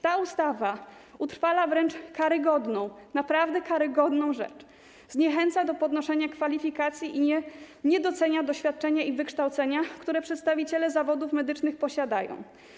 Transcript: Ta ustawa utrwala wręcz karygodną, naprawdę karygodną rzecz: zniechęca do podnoszenia kwalifikacji i nie docenia doświadczenia i wykształcenia, które przedstawiciele zawodów medycznych posiadają.